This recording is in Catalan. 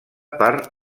per